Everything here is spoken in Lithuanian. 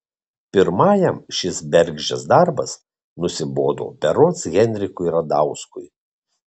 pirmajam šis bergždžias darbas nusibodo berods henrikui radauskui